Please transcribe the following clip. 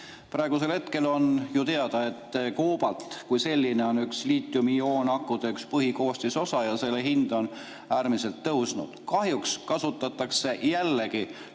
Praeguseks on teada, et koobalt kui selline on üks liitiumioonakude põhikoostisosa ja selle hind on äärmiselt [palju] tõusnud. Kahjuks kasutatakse [sellegi